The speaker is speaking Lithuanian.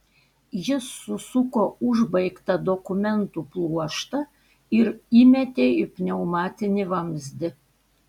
jis susuko užbaigtą dokumentų pluoštą ir įmetė į pneumatinį vamzdį